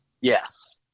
yes